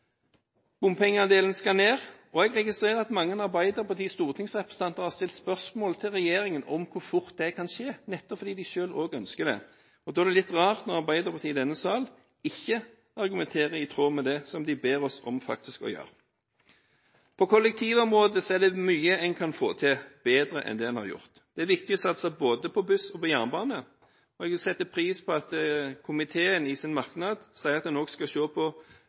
Bompengeandelen skal ned, og jeg registrerer at mange av Arbeiderpartiets stortingsrepresentanter har stilt spørsmål til regjeringen om hvor fort det kan skje, nettopp fordi de selv også ønsker det. Da er det litt rart når Arbeiderpartiet i denne sal ikke argumenterer i tråd med det som de faktisk ber oss om å gjøre. På kollektivområdet er det mye en kan få til bedre enn det en har gjort. Det er viktig å satse på både buss og jernbane, og jeg setter pris på at komiteen i sin merknad sier at den også skal se på